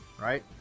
right